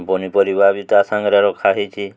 ପନିପରିବା ବି ତା ସାଙ୍ଗରେ ରଖାହେଇଛି